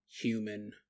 human